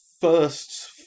first